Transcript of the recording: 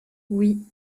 oui